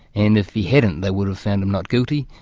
and if he hadn't, they would have found him not guilty,